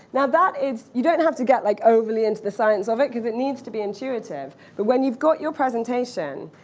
now, that is you don't have to get like overly into the science of it because it needs to be intuitive. but when you've got your presentation,